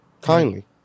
kindly